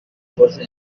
person